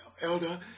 elder